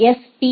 SP